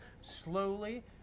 slowly